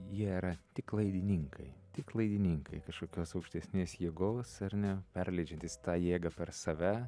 jie yra tik laidininkai tik laidininkai kažkokios aukštesnės jėgos ar ne perleidžiantys tą jėgą per save